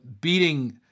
beating